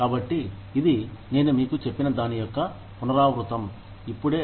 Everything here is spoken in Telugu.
కాబట్టి ఇది నేను మీకు చెప్పిన దాని యొక్క పునరావృతం ఇప్పుడే